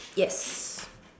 yes